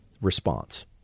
response